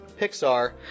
pixar